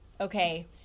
okay